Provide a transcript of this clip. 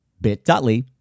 bit.ly